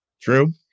True